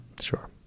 Sure